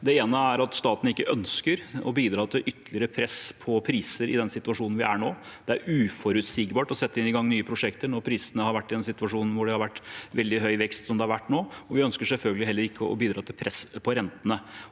staten ikke ønsker å bidra til ytterligere press på priser i den situasjonen vi er i nå. Det er uforutsigbart å sette i gang nye pro sjekter når vi er i en situasjon hvor det er veldig høy vekst, slik det har vært nå. Vi ønsker selvfølgelig heller ikke å bidra til press på rentene.